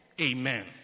Amen